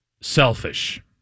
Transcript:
selfish